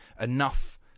enough